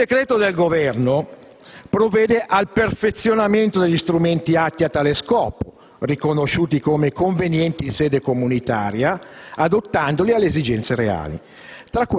Il decreto del Governo provvede al perfezionamento degli strumenti atti a tale scopo, riconosciuti come convenienti in sede comunitaria, adattandoli alle esigenze reali.